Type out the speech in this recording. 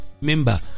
Remember